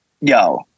yo